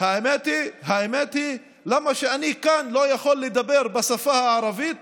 האמת היא, למה אני לא יכול לדבר כאן בשפה הערבית